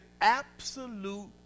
absolute